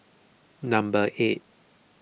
number eight